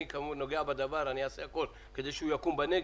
אני כנוגע בדבר אעשה הכול כדי שיקום בנגב.